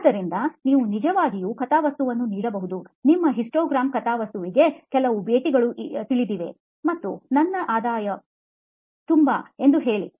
ಆದ್ದರಿಂದ ನೀವು ನಿಜವಾಗಿಯೂ ಕಥಾವಸ್ತುವನ್ನು ನೀಡಬಹುದು ನಿಮ್ಮ ಹಿಸ್ಟೋಗ್ರಾಮ್ ಕಥಾವಸ್ತುವಿಗೆ ಹಲವು ಭೇಟಿಗಳು ತಿಳಿದಿವೆ ಮತ್ತು ನನ್ನ ಆದಾಯ ತುಂಬಾ ಎಂದು ಹೇಳಿ